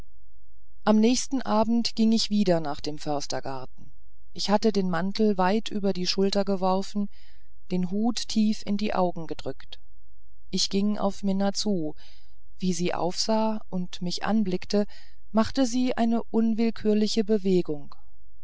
am nächsten abend ging ich wieder nach dem förstergarten ich hatte den mantel weit über die schulter geworfen den hut tief in die augen gedrückt ich ging auf mina zu wie sie aufsah und mich anblickte machte sie eine unwillkürliche bewegung